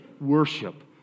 worship